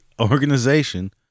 organization